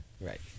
Right